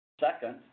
Second